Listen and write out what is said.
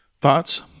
Thoughts